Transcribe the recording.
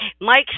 Mike